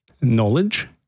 knowledge